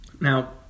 Now